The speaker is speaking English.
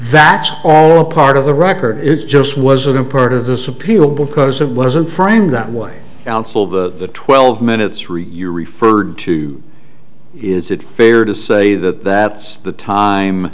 that's all a part of the record is just wasn't part of this appeal because of wasn't framed that way the twelve minutes read you referred to is it fair to say that that the time